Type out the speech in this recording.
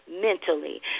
mentally